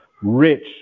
rich